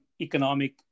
economic